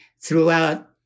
throughout